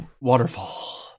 waterfall